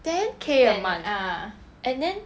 ten K a month and then